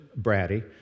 bratty